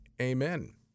Amen